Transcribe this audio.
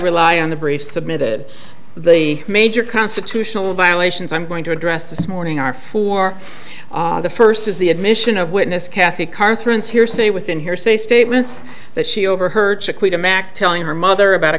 rely on the briefs submitted the major constitutional violations i'm going to address this morning are for the first is the admission of witness kathy carr through its hearsay within hearsay statements that she overheard chiquita mack telling her mother about a